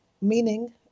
Meaning